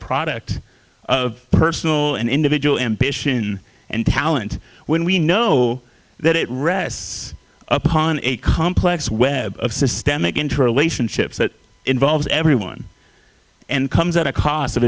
product of personal and individual ambition and talent when we know that it rests upon a complex web of systemic interrelationships that involves everyone and comes at a cost of